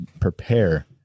prepare